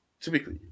typically